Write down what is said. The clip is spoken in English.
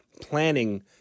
planning